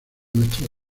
nuestros